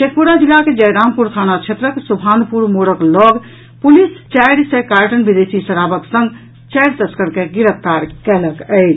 शेखपुरा जिलाक जयरामपुर थाना क्षेत्रक सुभानपुर मोड़क लऽग पुलिस चारि सय कार्टन विदेशी शराबक संग चारि तस्कर के गिरफ्तार कयलक अछि